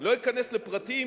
לא אכנס לפרטים,